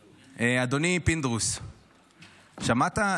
אדוני, פינדרוס, שמעת?